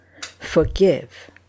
Forgive